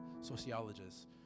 sociologists